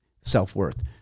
self-worth